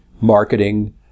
marketing